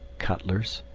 cutlers,